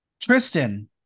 Tristan